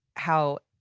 how.